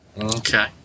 Okay